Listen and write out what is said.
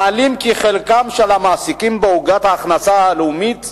מעלים כי חלקם של המעסיקים בעוגת ההכנסה הלאומית,